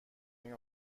این